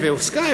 ויש CNN,